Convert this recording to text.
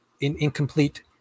incomplete